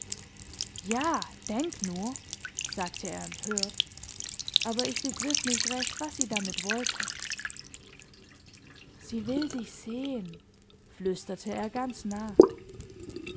ja denk nur sagte er empört aber ich begriff nicht recht was sie damit wollte sie will sich sehen flüsterte er ganz nah